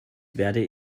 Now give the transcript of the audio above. werde